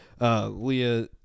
Leah